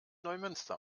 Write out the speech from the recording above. neumünster